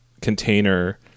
container